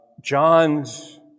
John's